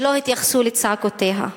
שלא התייחסו לצעקותיה.